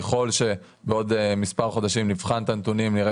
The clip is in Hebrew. כי ככל שבעוד מספר חודשים נבחן את הנתונים ונראה